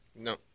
No